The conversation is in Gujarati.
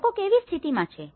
લોકો કેવી સ્થિતિમાં છે